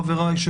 חבריי,